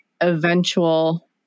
eventual